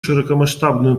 широкомасштабную